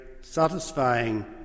satisfying